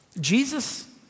Jesus